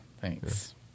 thanks